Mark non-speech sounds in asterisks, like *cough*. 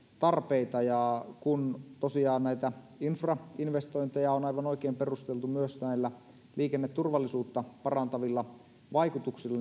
tarpeita ja kun tosiaan näitä infrainvestointeja on aivan oikein perusteltu myös näillä liikenneturvallisuutta parantavilla vaikutuksilla *unintelligible*